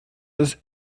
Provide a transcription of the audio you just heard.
ist